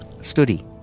study